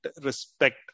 respect